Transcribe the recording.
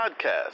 podcast